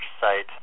site